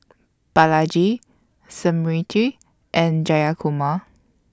Balaji Smriti and Jayakumar